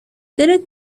دلت